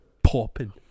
Popping